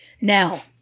now